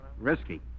Risky